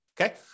okay